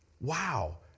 Wow